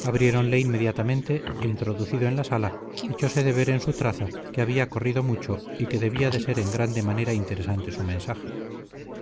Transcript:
abriéronle inmediatamente e introducido en la sala echóse de ver en su traza que había corrido mucho y que debía de ser en grande manera interesante su mensaje